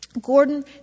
Gordon